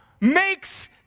makes